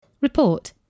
Report